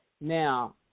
Now